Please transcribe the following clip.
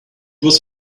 was